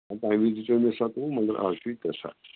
ہے تَمہِ وِز دِژیوٚومے ستوُہ مگر اَز چھُے ترٛےٚ ساس